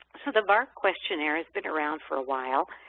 so the vark questionnaire has been around for a while.